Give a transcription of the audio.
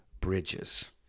bridges